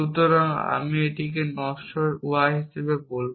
সুতরাং আমি এটিকে নশ্বর y হিসাবে বলব